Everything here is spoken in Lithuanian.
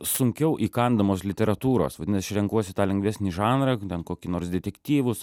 sunkiau įkandamos literatūros vadinas aš renkuosi tą lengvesnį žanrą kokį nors detektyvus